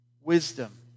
wisdom